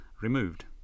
removed